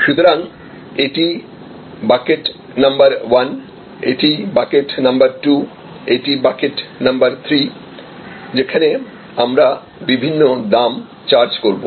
সুতরাং এটি bucket number 1 এটি বাকেট নম্বর 2 এটি বাকেট নম্বর 3 যেখানে আমরা বিভিন্ন দাম চার্জ করব